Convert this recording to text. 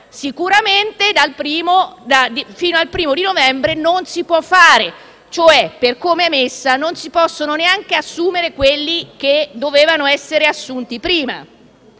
sicuramente fino al primo di novembre non si può fare. Per com'è messa non si possono neanche assumere quelli che dovevano essere assunti prima.